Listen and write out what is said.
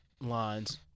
lines